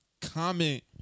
comment